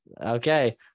Okay